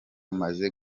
maze